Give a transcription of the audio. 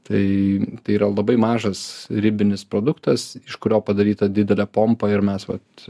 tai yra labai mažas ribinis produktas iš kurio padaryta didelė pompa ir mes vat